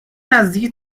نزدیکی